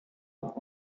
кырсык